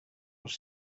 els